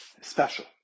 special